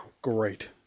Great